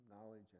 knowledge